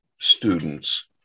students